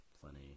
Plenty